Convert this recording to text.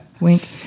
Wink